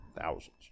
thousands